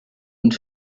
und